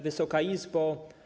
Wysoka Izbo!